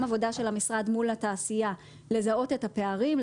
גם עבודה של המשרד מול התעשייה לזהות את הפערים,